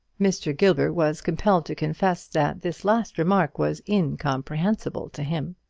mr. gilbert was compelled to confess that this last remark was incomprehensible to him.